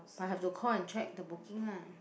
but have to call and check the booking lah